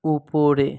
উপরে